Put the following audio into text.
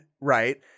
right